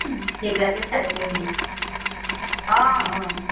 সেইবিলাকে চাই কৰি আহিম অঁ অঁ